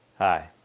hi,